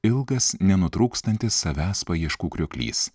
ilgas nenutrūkstantis savęs paieškų krioklys